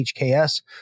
HKS